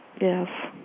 Yes